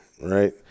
right